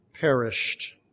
perished